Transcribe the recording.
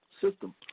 system